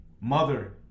Mother